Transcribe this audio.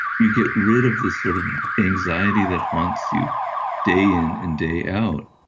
you get rid of this sort of anxiety that haunts you day in and day out.